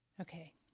Okay